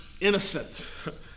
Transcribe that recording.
innocent